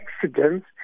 accidents